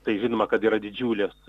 tai žinoma kad yra didžiulės